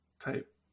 type